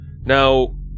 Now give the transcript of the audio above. now